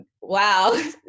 wow